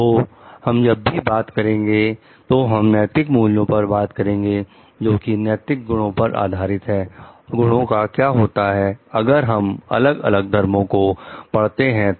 तो हम जब भी बात करेंगे तो हम नैतिक मूल्यों पर बात करेंगे जोकि नैतिक गुणों पर आधारित हैं गुणों का क्या होता है अगर हम अलग अलग धर्मों को पढ़ते हैं तो